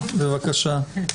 בבקשה.